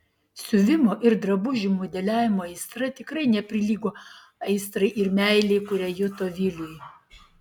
siuvimo ir drabužių modeliavimo aistra tikrai neprilygo aistrai ir meilei kurią juto viliui